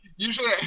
Usually